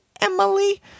Emily